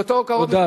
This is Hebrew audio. מאותו קרוב משפחה.